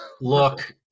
look